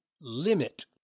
limit